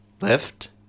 left